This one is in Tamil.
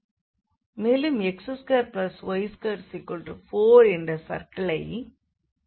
மேலும் x2y24என்ற சர்க்கிளை நாம் கொண்டிருக்கிறோம்